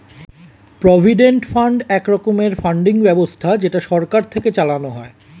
provident fund এক রকমের funding ব্যবস্থা যেটা সরকার থেকে চালানো হয়